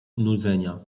nudzenia